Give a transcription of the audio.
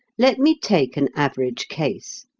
let me take an average case.